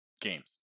games